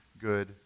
good